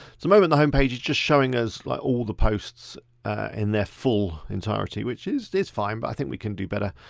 so, the moment, the homepage is just showing us like all the posts in their full entirety which is is fine but i think we can do better.